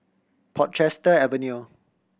Portchester Avenue